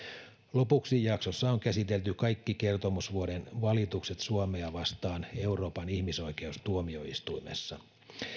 lopuksi jaksossa on käsitelty kaikki kertomusvuoden valitukset suomea vastaan euroopan ihmisoikeustuomioistuimessa